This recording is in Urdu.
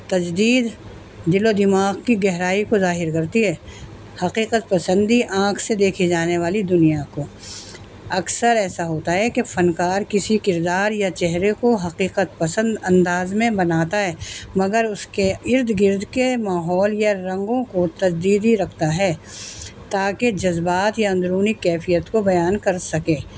تجدید دل و دماغ کی گہرائی کو ظاہر کرتی ہے حقیقت پسندی آنکھ سے دیکھی جانے والی دنیا کو اکثر ایسا ہوتا ہے کہ فنکار کسی کردار یا چہرے کو حقیقت پسند انداز میں بناتا ہے مگر اس کے ارد گرد کے ماحول یا رنگوں کو تجدیدی رکھتا ہے تاکہ جذبات یا اندرونی کیفیت کو بیان کر سکے